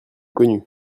connus